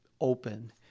open